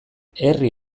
herri